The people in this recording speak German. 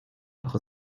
doch